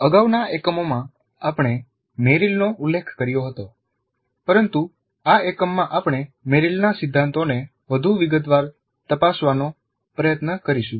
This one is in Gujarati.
અગાઉના એકમોમાં આપણે મેરિલનો ઉલ્લેખ કર્યો હતો પરંતુ આ એકમમાં આપણે મેરિલના સિદ્ધાંતોને વધુ વિગતવાર તપવાનો પ્રયત્ન કરીશું